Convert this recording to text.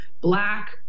black